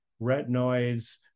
retinoids